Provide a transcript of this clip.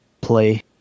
play